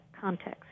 context